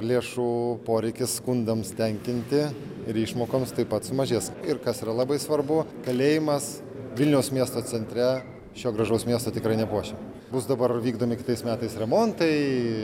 lėšų poreikis skundams tenkinti ir išmokoms taip pat sumažės ir kas yra labai svarbu kalėjimas vilniaus miesto centre šio gražaus miesto tikrai nepuošia bus dabar vykdomi kitais metais remontai